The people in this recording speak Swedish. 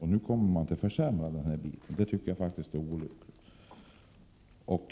Men nu kommer man att försämra den delen, och det är faktiskt olyckligt.